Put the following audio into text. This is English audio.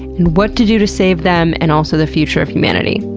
and what to do to save them and also the future of humanity.